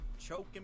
choking